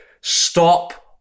Stop